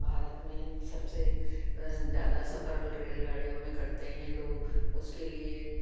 भारत में सबसे ज्यादा सफर रेल गाड़ियों में करते हैं लोग उसके लिए